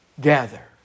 gather